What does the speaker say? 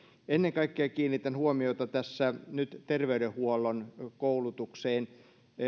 ennen kaikkea kiinnitän tässä huomiota nyt terveydenhuollon koulutukseen